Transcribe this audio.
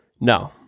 no